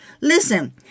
Listen